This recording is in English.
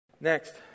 Next